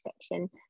section